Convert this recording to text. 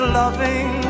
loving